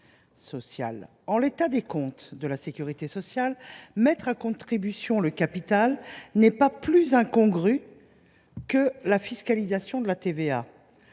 en l’état des comptes de la sécurité sociale, la mise à contribution du capital n’est pas plus incongrue que la fiscalisation de la TVA.